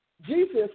Jesus